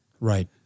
Right